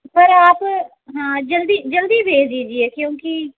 पर आप हाँ जल्दी जल्दी भेज दीजिए क्योंकि